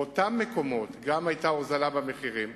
באותם מקומות היתה ירידה במחירים,